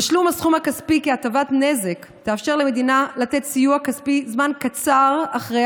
תשלום הסכום הכספי כהטבת נזק יאפשר למדינה לתת סיוע כספי זמן קצר אחרי